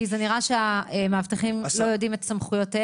כי זה נראה שהמאבטחים לא יודעים את סמכויותיהם,